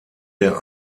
der